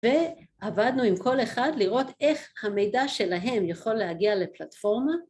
ועבדנו עם כל אחד לראות איך המידע שלהם יכול להגיע לפלטפורמה